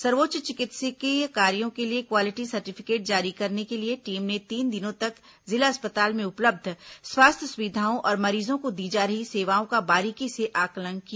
सर्वोच्च चिकित्सकीय कार्यो के लिए क्वालिटी सर्टिफिकेट जारी करने के लिए टीम ने तीन दिनों तक जिला अस्पताल में उपलब्ध स्वास्थ्य सुविधाओं और मरीजों को दी जा रही सेवाओं का बारिकी से आकलन किया